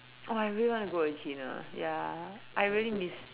oh I really wanna go again ya I really miss